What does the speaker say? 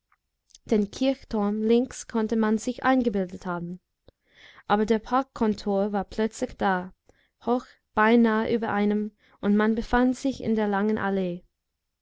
den kirchturm links konnte man sich eingebildet haben aber der parkkontur war plötzlich da hoch beinahe über einem und man befand sich in der langen allee